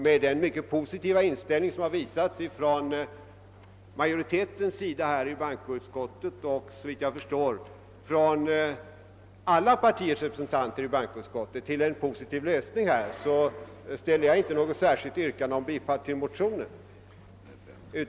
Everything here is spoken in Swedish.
Med den mycket positiva inställning som bankoutskottets majoritet och, såvitt jag förstår, alla partiers representanter i bankoutskottet har visat för en lösning av denna fråga ställer jag inte något särskilt yrkande om bifall till motionen.